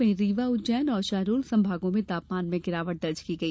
वहीं रीवा उज्जैन और शहडोल संभागों में तापमान में गिरावट दर्ज की गई